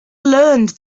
learned